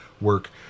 work